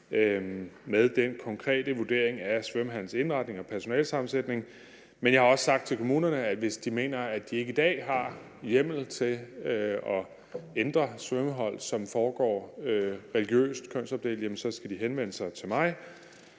med den konkrete vurdering af svømmehallens indretning og personalesammensætning, men jeg har også sagt til kommunerne, at hvis de mener, at de ikke i dag har hjemmel til at ændre svømmehold, som foregår religiøst kønsopdelt, skal de henvende sig til mig.